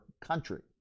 country